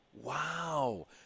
Wow